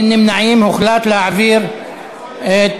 ההצעה להפוך את